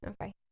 Okay